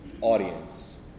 audience